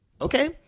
Okay